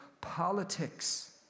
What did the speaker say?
politics